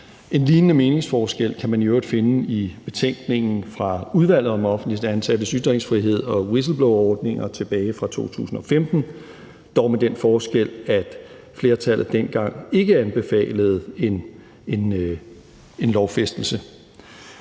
En lignende meningsforskel kan man i øvrigt finde i betænkningen fra Udvalget om offentligt ansattes ytringsfrihed og whistleblowerordninger tilbage fra 2015, dog med den forskel, at flertallet dengang ikke anbefalede en lovfæstelse.